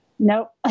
Nope